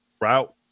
route